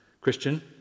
Christian